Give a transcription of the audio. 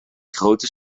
grote